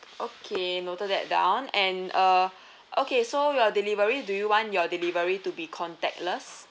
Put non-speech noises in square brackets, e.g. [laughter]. okay noted that down and uh [breath] okay so your delivery do you want your delivery to be contactless